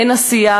אין עשייה